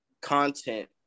content